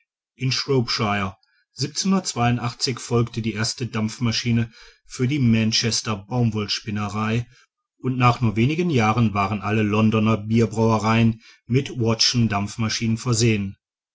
in folgte die erste dampfmaschine für die manchester baumwollenspinnerei und nach nur wenigen jahren waren alle londoner bierbrauereien mit watt'schen dampfmaschinen versehen